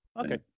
Okay